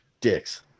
Dicks